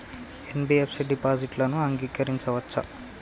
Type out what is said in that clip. NBFC డిపాజిట్లను అంగీకరించవచ్చా?